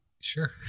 Sure